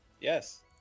yes